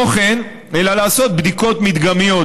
לעשות בדיקות מדגמיות.